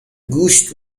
گوشت